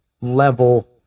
level